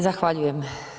Zahvaljujem.